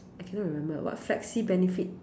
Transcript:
I cannot remember what flexi benefit